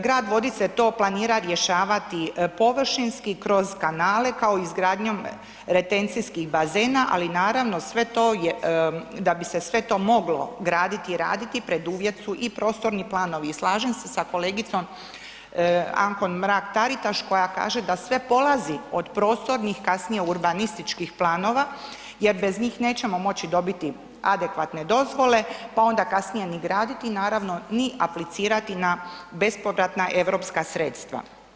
Grad Vodice to planira rješavati površinski kroz kanale, kao i izgradnjom retencijskih bazena, ali naravno, sve to je, da bi se sve to moglo graditi i raditi preduvjet su i prostorni planovi i slažem se sa kolegicom Ankom Mrak-Taritaš koja kaže da sve polazi od prostornih, kasnije urbanističkih planova jer bez njih nećemo moći dobiti adekvatne dozvole, pa onda kasnije ni graditi, naravno ni aplicirati na bespovratna europska sredstva.